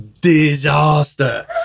disaster